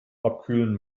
abkühlen